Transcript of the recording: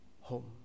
home